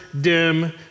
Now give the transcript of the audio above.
dim